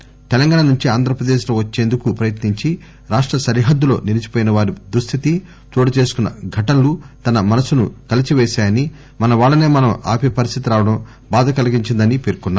తెలంగాణ నుంచి ఆంధ్రప్రదేశ్లోకి వచ్చేందుకు ప్రయత్నించి రాష్ట సరిహద్గులో నిలిచిపోయినవారి దుస్దితి చోటుచేసుకున్న ఘటనలు తన మనసును కలచివేశాయని మన వాళ్లనే మనం ఆపే పరిస్థితి రావడం బాధ కలిగించిందని పేర్కొన్నారు